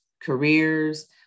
careers